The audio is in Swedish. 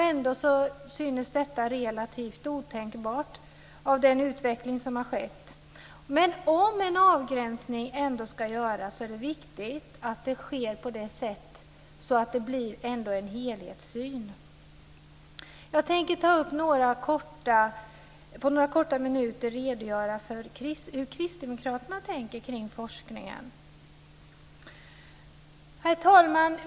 Ändå synes detta relativt otänkbart om man tänker på den utveckling som har skett. Om en avgränsning ändå ska göras är det viktigt att den sker på ett sätt som gör att det blir en helhetssyn. Jag tänker på några korta minuter redogöra för hur kristdemokraterna tänker kring forskningen. Herr talman!